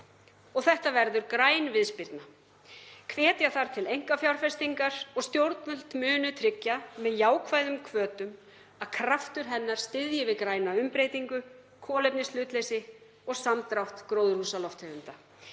Þetta verður græn viðspyrna. Hvetja þarf til einkafjárfestingar og stjórnvöld munu tryggja með jákvæðum hvötum að kraftur hennar styðji við græna umbreytingu, kolefnishlutleysi og samdrátt gróðurhúsalofttegunda.